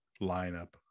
lineup